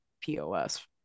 POS